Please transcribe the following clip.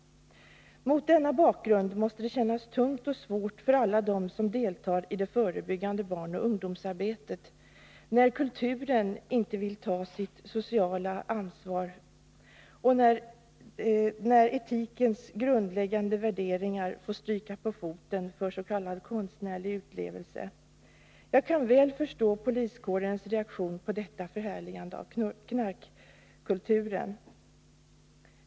Det måste kännas tungt och svårt för alla dem som deltar i det förebyggande barnoch ungdomsarbetet, när kulturen inte vill ta sitt sociala ansvar och när etikens grundläggande värderingar får stryka på foten för s.k. konstnärlig utlevelse. Jag kan väl förstå poliskårens reaktion på förhärligandet av knarkkulturen.